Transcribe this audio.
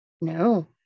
No